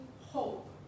hope